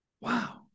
Wow